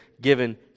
given